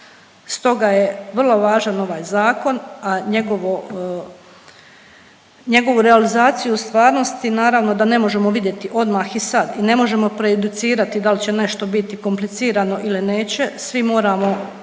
Stoga je vrlo važan ovaj zakon, a njegovu realizaciju u stvarnosti naravno da ne možemo vidjeti odmah i sad i ne možemo prejudicirati da li će nešto biti komplicirano ili neće. Svi moramo